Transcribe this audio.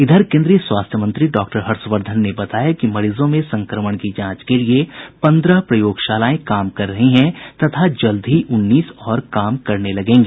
इधर केन्द्रीय स्वास्थ्य मंत्री डॉ हर्षवर्धन ने बताया कि मरीजों में संक्रमण की जांच के लिए पन्द्रह प्रयोगशालाएं कार्यरत हैं तथा जल्द ही उन्नीस और कार्य करने लगेंगी